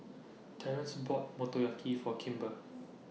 Terrence bought Motoyaki For Kimber